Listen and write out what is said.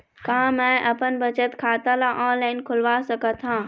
का मैं अपन बचत खाता ला ऑनलाइन खोलवा सकत ह?